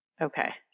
Okay